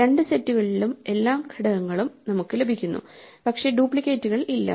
രണ്ട് സെറ്റുകളിലും എല്ലാ ഘടകങ്ങളും നമുക്ക് ലഭിക്കുന്നു പക്ഷേ ഡ്യൂപ്ലിക്കേറ്റുകൾ ഇല്ലാതെ